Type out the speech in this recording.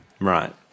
Right